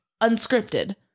unscripted